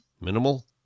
Minimal